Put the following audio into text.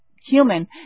Human